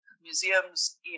museums